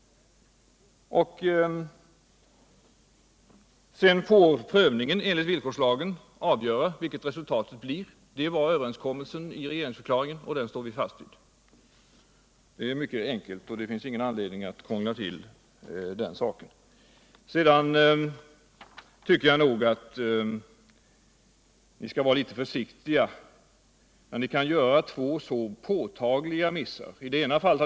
Prövningen enligt villkorslagen får avgöra vilket resultatet blir. Det var överenskommelsen i regeringsförklaringen och den står vi fast vid. Det är mycket enkelt, och det finns ingen anledning att krångla till den saken. Sedan tycker jag att ni skall vara litet försiktiga när ni kan göra två så påtagliga missar som skett enligt betänkandet.